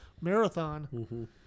marathon